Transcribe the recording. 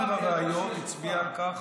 חומר הראיות הצביע על כך